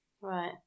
Right